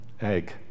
Egg